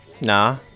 Nah